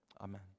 amen